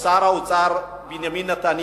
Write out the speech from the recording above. אחרי ששר האוצר היה בנימין נתניהו,